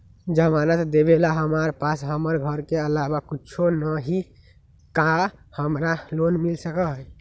जमानत देवेला हमरा पास हमर घर के अलावा कुछो न ही का हमरा लोन मिल सकई ह?